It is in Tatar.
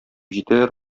җитәләр